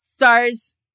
Stars